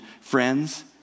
friends